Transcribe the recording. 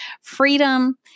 freedom